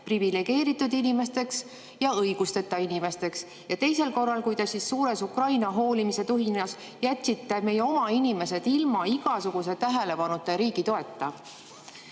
privilegeeritud inimesteks ja õigusteta inimesteks –, ja teisel korral, kui te suures Ukrainast hoolimise tuhinas jätsite meie oma inimesed ilma igasuguse tähelepanuta ja riigi toeta.